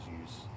use